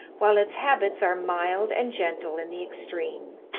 while its habits are mild and gentle in the extreme.